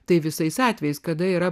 tai visais atvejais kada yra